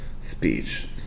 speech